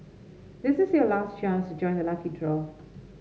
this is your last chance to join the lucky draw